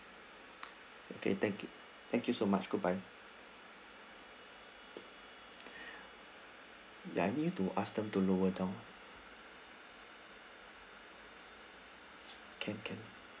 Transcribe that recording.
okay thank you thank you so much goodbye ya I need you to ask them to lower down can can